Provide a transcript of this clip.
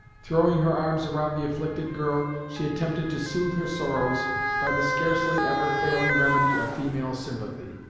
throwing her arms around the afflicted girl, she attempted to soothe her sorrows by the scarcely ever failing remedy of female sympathy.